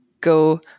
go